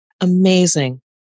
amazing